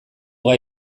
gai